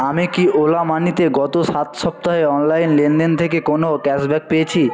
আমি কি ওলা মানিতে গত সাত সপ্তাহে অনলাইন লেনদেন থেকে কোনো ক্যাশ ব্যাক পেয়েছি